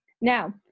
Now